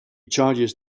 charges